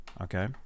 okay